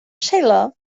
sheila